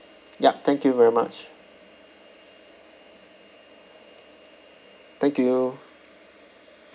yup thank you very much thank you